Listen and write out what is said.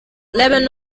leben